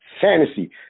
fantasy